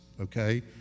okay